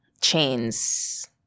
Chains